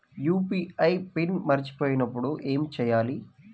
UPI PIN మరచిపోయినప్పుడు ఏమి చేయాలి?